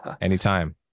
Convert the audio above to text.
Anytime